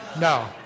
no